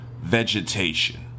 vegetation